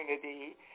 community